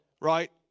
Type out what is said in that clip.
right